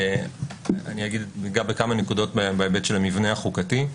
אגע בכמה נקודות בהיבט של המבנה החוקתי.